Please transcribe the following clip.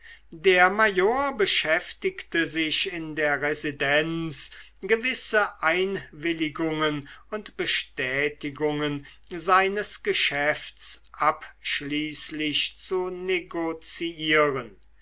der major beschäftigte sich in der residenz gewisse einwilligungen und bestätigungen seines geschäfts abschließlich zu negoziieren